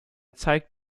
zeigt